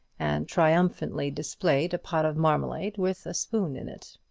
and triumphantly displayed a pot of marmalade with a spoon in it.